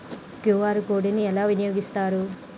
QR code ని ఎలా వినియోగిస్తారు?